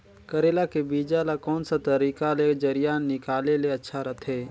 करेला के बीजा ला कोन सा तरीका ले जरिया निकाले ले अच्छा रथे?